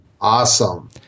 Awesome